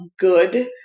good